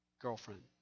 girlfriend